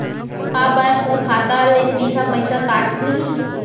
का बैंक मोर खाता ले सीधा पइसा काट लिही?